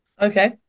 okay